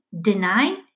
deny